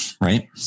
Right